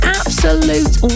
absolute